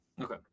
Okay